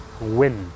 win